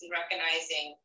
recognizing